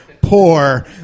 poor